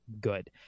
good